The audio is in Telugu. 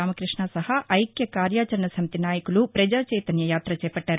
రామకృష్ణ సహా ఐక్య కార్యాచరణ సమితి నాయకులు ప్రజాచైతన్య యాత చేపట్టారు